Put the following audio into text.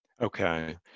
Okay